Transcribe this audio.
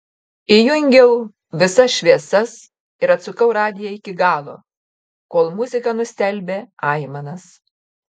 įjungiau visas šviesas ir atsukau radiją iki galo kol muzika nustelbė aimanas